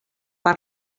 per